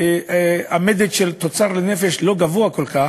המדד של תוצר לנפש לא גבוהה כל כך,